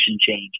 change